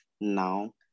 now